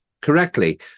correctly